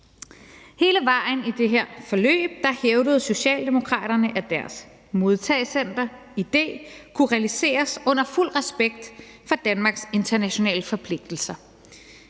Hele vejen i det her forløb hævdede Socialdemokraterne, at deres modtagecenteridé kunne realiseres med fuld respekt for Danmarks internationale forpligtelser,